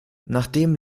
nachdem